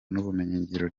n’ubumenyingiro